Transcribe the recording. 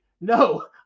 no